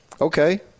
Okay